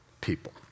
people